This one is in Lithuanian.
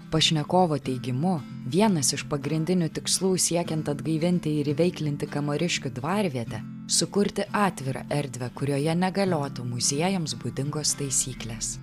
pašnekovo teigimu vienas iš pagrindinių tikslų siekiant atgaivinti ir įveiklinti kamariškių dvarvietę sukurti atvirą erdvę kurioje negaliotų muziejams būdingos taisyklės